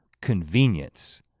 convenience